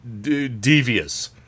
devious